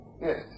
Yes